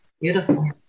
Beautiful